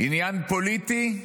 עניין פוליטי,